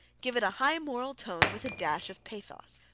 give it a high moral tone, with a dash of pathos.